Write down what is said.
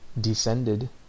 descended